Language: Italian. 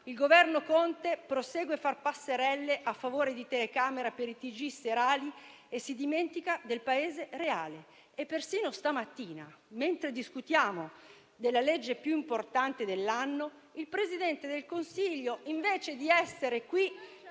il Governo Conte prosegue a fare passerelle a favore di telecamera, per i TG serali, e si dimentica del Paese reale. Persino stamattina, mentre discutiamo della legge più importante dell'anno, il Presidente del Consiglio, invece di essere qui,